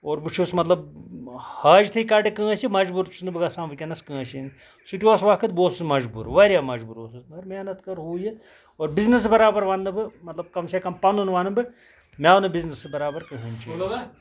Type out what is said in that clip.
اور بہٕ چھُس مطلب حاجتھٕے کَڑٕ کٲنسہِ مَجبوٗر چھُس نہٕ بہٕ گژھان وُنکیٚنس کٲنسہِ سُہ تہِ اوس وقت بہٕ اوسُس مَجبوٗر واریاہ مَجبوٗر اوسُس بہٕ مَگر محنت کٔر ہُہ یہِ اور بِزِنٮ۪س برابر وَنہٕ نہٕ بہٕ مطلب کَم سے کَم پَنُن وَنہٕ بہٕ مےٚ آو نہٕ بِزنٮ۪سس برابر کٕہٕنۍ چیٖز